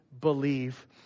believe